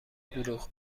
دروغ